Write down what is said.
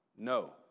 No